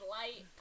light